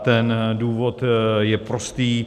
Ten důvod je prostý.